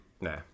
Nah